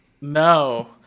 No